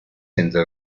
entre